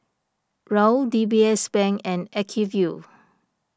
Raoul D B S Bank and Acuvue